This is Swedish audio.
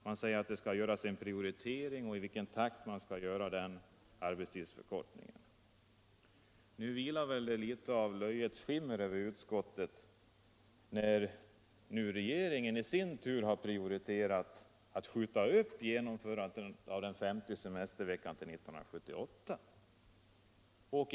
Man säger att det skall göras en prioritering av frågan i vilken takt arbetstidsförkortningen skall ske. Nu vilar det dock litet av löjets skimmer över utskottet, eftersom regeringen i sin tur har gjort en prioritering genom att skjuta upp genomförandet av den femte semesterveckan till 1978.